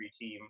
team